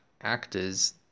actor's